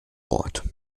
wort